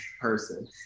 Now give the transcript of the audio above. person